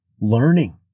learning